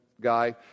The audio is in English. guy